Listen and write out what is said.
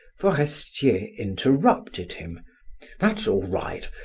forestier interrupted him that's all right,